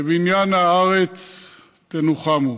בבניין הארץ תנוחמו.